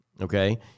okay